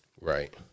Right